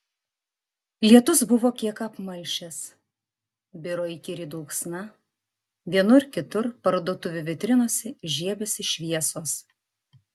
lietus buvo kiek apmalšęs biro įkyri dulksna vienur kitur parduotuvių vitrinose žiebėsi šviesos